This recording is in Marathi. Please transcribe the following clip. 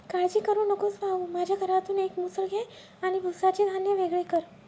काळजी करू नकोस भाऊ, माझ्या घरातून एक मुसळ घे आणि भुसाचे धान्य वेगळे कर